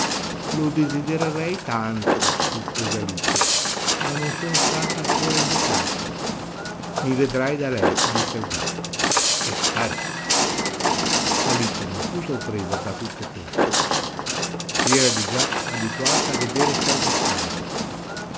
lo desidererei tanto rispose alice ma non sono stata ancora invitata mi vedrai da lei disse il gatto e sparì alice non fu sorpresa da tutto questo si era di già abituata a veder cose strane